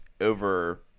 over